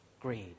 greed